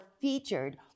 featured